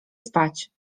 spać